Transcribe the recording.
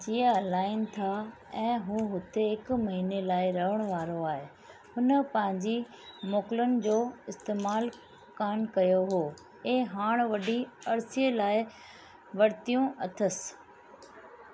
जी हलाइनि था ऐं हू हुते हिकु महिने लाइ रहणु वारो आहे हुन पंहिंजी मोकलियुनि जो इस्तेमालु कान कयो हो ऐं हाणि वॾे अरिसे लाइ वरितियूं अथसि